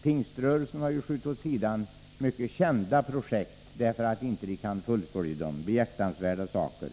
Pingströrelsen har skjutit åt sidan mycket kända projekt därför att man inte kan fullfölja dem — behjärtansvärda saker.